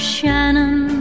Shannon